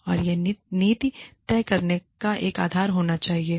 और यह नीति तय करने का एक आधार होना चाहिए